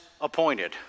appointed